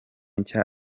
nshya